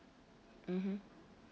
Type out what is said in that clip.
mmhmm